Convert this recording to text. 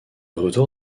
retour